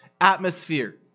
atmosphere